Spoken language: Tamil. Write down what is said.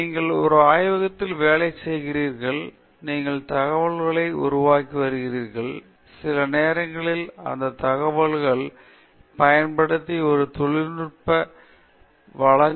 நீங்கள் ஒரு ஆய்வகத்தில் வேலை செய்கிறீர்கள் நீங்கள் தகவல்களை உருவாக்கி வருகிறீர்கள் சில நேரங்களில் அந்த தகவல்களைப் பயன்படுத்தி ஒரு தொழில்நுட்ப வழங்கலை நீங்கள் செய்யலாம் சில சமயங்களில் ஒரு பத்திரிக்கை வெளியிடும்